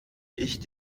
ich